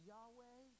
Yahweh